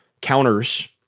counters